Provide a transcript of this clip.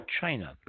China